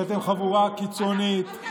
כי אתם חבורה קיצונית,